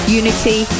unity